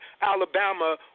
Alabama